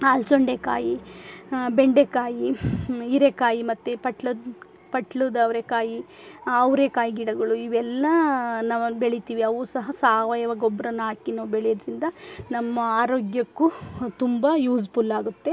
ಹಲ್ಸುಂಡೆಕಾಯಿ ಬೆಂಡೆಕಾಯಿ ಹೀರೆಕಾಯಿ ಮತ್ತು ಪಟ್ಲದ ಪಟ್ಲದ ಅವರೇ ಕಾಯಿ ಅವರೇ ಕಾಯಿ ಗಿಡಗಳು ಇವೆಲ್ಲಾ ನಾವು ಬೆಳಿತೀವಿ ಅವು ಸಹ ಸಾವಯವ ಗೊಬ್ರನ ಹಾಕಿ ನಾವು ಬೆಳೆಯೋದ್ರಿಂದ ನಮ್ಮ ಆರೋಗ್ಯಕ್ಕು ತುಂಬ ಯೂಸ್ಫುಲ್ ಆಗುತ್ತೆ